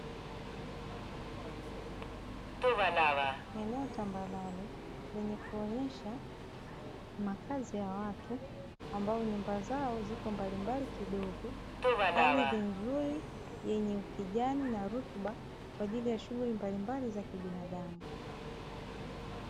Eneo tambarare lenye kuonyesha makazi ya watu ambao nyumba zao zipo mbalimbali kidogo, ardhi nzuri yenye ukijani na rutuba kwa ajili ya shughuli mbalimbali za kibinadamu.